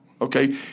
okay